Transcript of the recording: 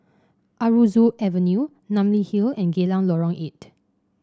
Aroozoo Avenue Namly Hill and Geylang Lorong Eight